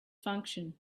function